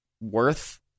worth